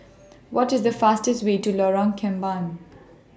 What IS The fastest Way to Lorong Kembagan